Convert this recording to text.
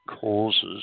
causes